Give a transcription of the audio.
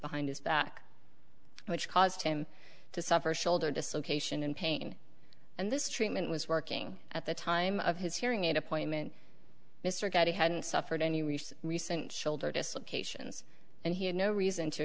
behind his back which caused him to suffer shoulder dislocation and pain and this treatment was working at the time of his hearing aid appointment mr gowdy hadn't suffered any recent recent shoulder dislocations and he had no reason to